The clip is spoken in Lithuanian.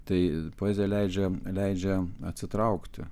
tai poezija leidžia leidžia atsitraukti